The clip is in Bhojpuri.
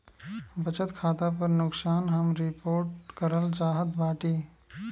बचत खाता पर नुकसान हम रिपोर्ट करल चाहत बाटी